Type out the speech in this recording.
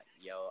yo